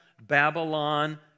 Babylon